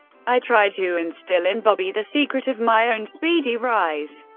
i tried to instill in bobby the secret of my own speedy rise.